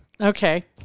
Okay